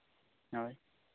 ᱦᱳᱭ